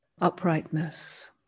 uprightness